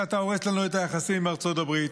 כשאתה הורס לנו את היחסים עם ארצות הברית,